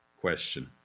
question